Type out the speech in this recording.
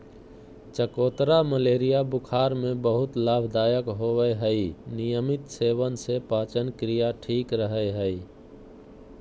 चकोतरा मलेरिया बुखार में बहुत लाभदायक होवय हई नियमित सेवन से पाचनक्रिया ठीक रहय हई